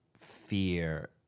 fear